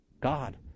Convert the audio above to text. God